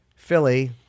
Philly